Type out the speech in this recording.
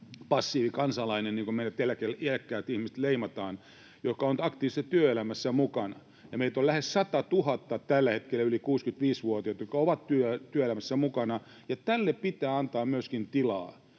passiivikansalainen, niin kuin meidät iäkkäät ihmiset leimataan — on aktiivisesti työelämässä mukana. Meitä yli 65-vuotiaita on tällä hetkellä lähes satatuhatta, jotka ovat työelämässä mukana, ja tälle pitää antaa myöskin tilaa.